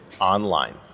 online